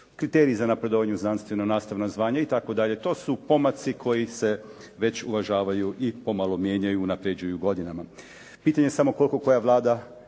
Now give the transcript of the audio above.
kriteriji za napredovanje u znanstveno nastavna zvanja itd., to su pomaci koji se već uvažavaju i pomalo mijenjaju i unapređuju godinama. Pitanje je samo koliko koja Vlada